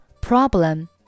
problem